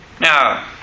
Now